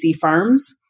firms